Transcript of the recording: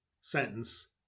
sentence